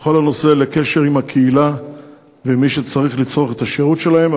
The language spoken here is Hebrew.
בכל נושא הקשר עם הקהילה ועם מי שצריך לצרוך את השירות שלהם,